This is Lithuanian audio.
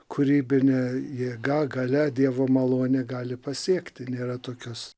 kūrybinė jėga galia dievo malonė gali pasiekti nėra tokios